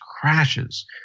crashes